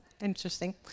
interesting